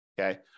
Okay